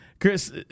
Chris